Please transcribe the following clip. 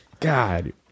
God